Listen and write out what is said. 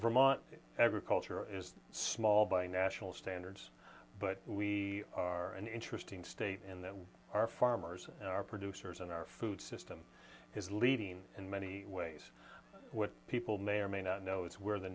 vermont agriculture is small by national standards but we are an interesting state in that we are farmers are producers in our food system is leading in many ways what people may or may not know is where the